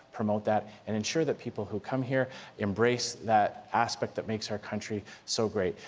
promote that and ensure that people who come here embrace that aspect that makes our country so great.